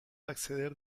acceder